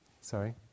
Sorry